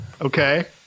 Okay